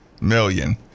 million